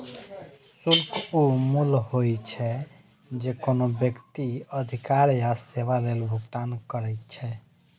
शुल्क ऊ मूल्य होइ छै, जे कोनो व्यक्ति अधिकार या सेवा लेल भुगतान करै छै